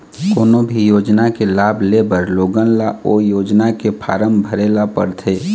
कोनो भी योजना के लाभ लेबर लोगन ल ओ योजना के फारम भरे ल परथे